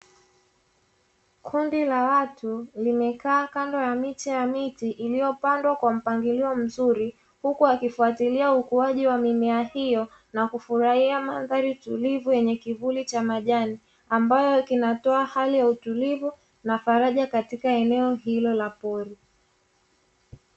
Kundi la watu limekaa kando ya miche ya miti iliyopandwa kwa mpangilio mzuri, huku wakifuatilia ukuaji wa mimea hiyo na kufurahia mandhari tulivu yenye kivuli cha majani, ambayo kinatoa hali ya utulivu na faraja katika eneo hilo la pori.